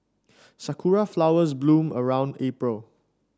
sakura flowers bloom around April